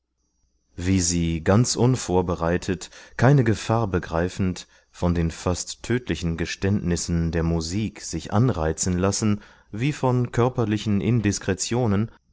wie sie ganz unvorbereitet keine gefahr begreifend von den fast tödlichen geständnissen der musik sich anreizen lassen wie von körperlichen indiskretionen